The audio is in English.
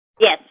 Yes